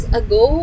ago